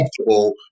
comfortable